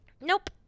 nope